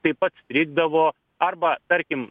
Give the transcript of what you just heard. taip pat rinkdavo arba tarkim